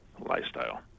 lifestyle